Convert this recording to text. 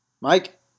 Mike